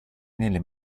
nelle